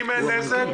אם אין נזק,